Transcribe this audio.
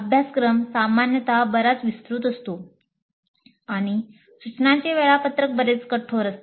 अभ्यासक्रम सामान्यत बराच विस्तृत असतो आणि सूचनांचे वेळापत्रक बरेच कठोर असते